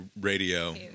radio